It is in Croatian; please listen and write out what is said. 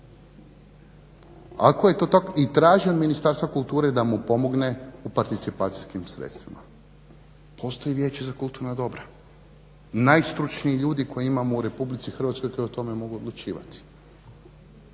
kome ima postaf i traži od Ministarstva kulture da mu pomogne u participacijskim sredstvima. Postoji Vijeće za kulturna dobra, najstručniji ljudi koje imamo u RH koji o tome mogu odlučivati.